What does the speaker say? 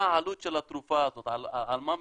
על כמה מדובר?